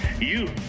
You-